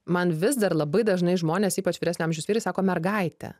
man vis dar labai dažnai žmonės ypač vyresnio amžiaus vyrai sako mergaite